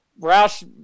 Roush